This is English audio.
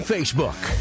Facebook